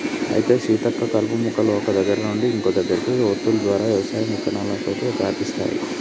అయితే సీతక్క కలుపు మొక్కలు ఒక్క దగ్గర నుండి ఇంకో దగ్గరకి వొంతులు ద్వారా వ్యవసాయం విత్తనాలతోటి వ్యాపిస్తాయి